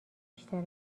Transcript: بیشتر